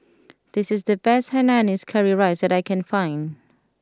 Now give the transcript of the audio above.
this is the best Hainanese Curry Rice that I can find